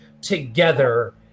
together